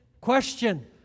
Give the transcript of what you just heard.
Question